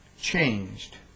changed